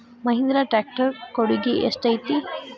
Mahindra tractor ಕೊಡುಗೆ ಎಷ್ಟು ಐತಿ?